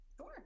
Sure